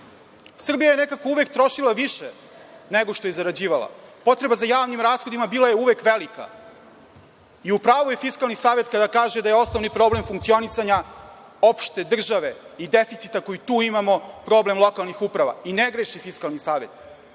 je uvek nekako trošila više nego što je zarađivala. Potreba za javnim rashodima bila je uvek velika. I, u pravu je Fiskalni savet kada kaže da je osnovni problem funkcionisanja opšte države i deficita koji tu imamo, problem lokalnih uprava. I, ne greši Fiskalni savet,